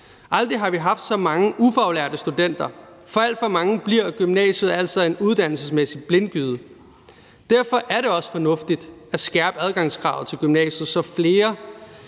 Aldrig har vi haft så mange ufaglærte studenter, og for alt for mange bliver gymnasiet altså en uddannelsesmæssig blindgyde. Derfor er det også fornuftigt at skærpe adgangskravet til gymnasiet, så flere